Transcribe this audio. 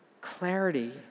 clarity